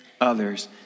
others